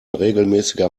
regelmäßiger